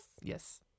Yes